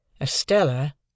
Estella